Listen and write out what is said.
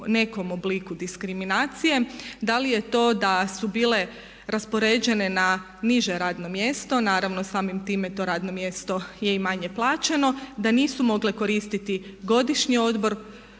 nekom obliku diskriminacije, da li je to da su bile raspoređene na niže radno mjesto, naravno samim time to radno mjesto je i manje plaćeno, da nisu mogle koristiti godišnji odmor,